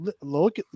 look